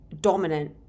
dominant